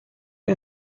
این